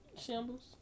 Shambles